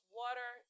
water